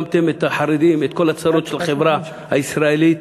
שמתם את כל הצרות של החברה הישראלית,